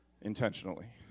intentionally